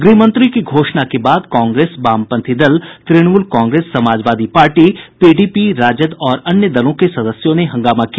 ग्रहमंत्री की घोषणा के बाद कांग्रेस वामपंथी दल तृणमूल कांग्रेस समाजवादी पार्टी पीडीपी राजद और अन्य दलों के सदस्यों ने हंगामा किया